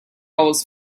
always